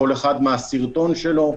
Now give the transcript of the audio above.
כל אחד מהסרטון שלו,